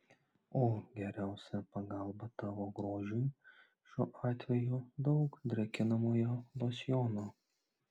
o geriausia pagalba tavo grožiui šiuo atveju daug drėkinamojo losjono